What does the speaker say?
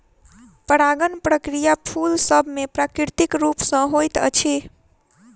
परागण प्रक्रिया फूल सभ मे प्राकृतिक रूप सॅ होइत अछि